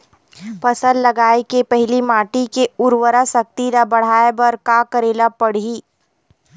फसल लगाय के पहिली माटी के उरवरा शक्ति ल बढ़ाय बर का करेला पढ़ही?